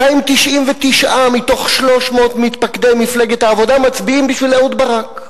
299 מתוך 300 מתפקדי מפלגת העבודה מצביעים בשביל אהוד ברק,